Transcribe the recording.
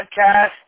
Podcast